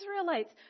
israelites